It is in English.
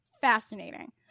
Fascinating